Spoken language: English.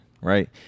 right